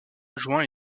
adjoints